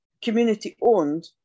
community-owned